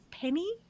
penny